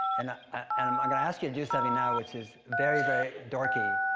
and and um i'm gonna ask you to do something now which is very, very dorky,